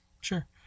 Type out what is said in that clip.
sure